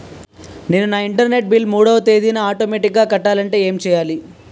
నేను నా internet bill మూడవ తేదీన ఆటోమేటిగ్గా కట్టాలంటే ఏం చేయాలి?